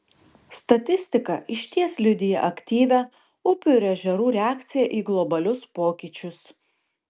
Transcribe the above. statistika išties liudija aktyvią upių ir ežerų reakciją į globalius pokyčius